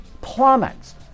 plummets